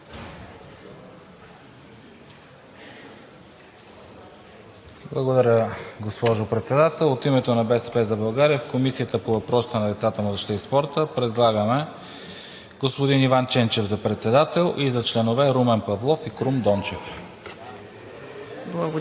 Благодаря, госпожо Председател. От името на „БСП за България“ в Комисията по въпросите на децата, младежта и спорта предлагаме господин Иван Ченчев за председател и за членове Румен Павлов и Крум Дончев.